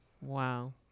Wow